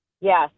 yes